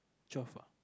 twelve ah